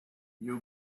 you